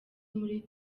muri